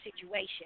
situation